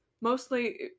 mostly